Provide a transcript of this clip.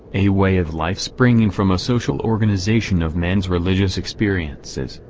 a way of life springing from a social organization of men's religious experiences,